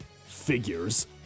Figures